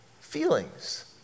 feelings